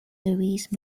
louise